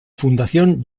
fundación